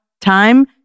time